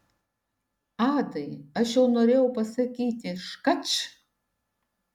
adai aš jau norėjau pasakyti škač